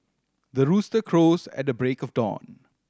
the rooster crows at the break of dawn